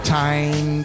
time